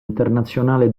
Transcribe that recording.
internazionale